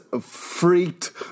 freaked